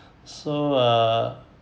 so uh